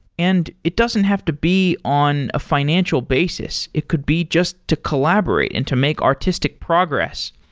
and it doesn't have to be on a financial basis. it could be just to collaborate and to make artistic progress.